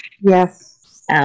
Yes